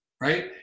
right